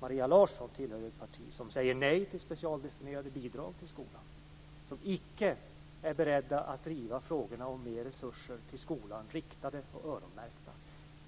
Maria Larsson tillhör ett parti som säger nej till specialdestinerade bidrag till skolan, som icke är berett att driva frågorna om mer riktade och öronmärkta resurser till skolan och